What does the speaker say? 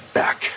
back